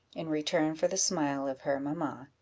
in return for the smile of her mamma.